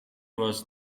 was